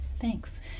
thanks